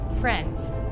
friends